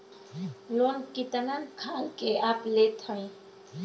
Loan कितना खाल के आप लेत हईन?